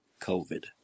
COVID